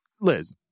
Liz